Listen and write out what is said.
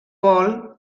paul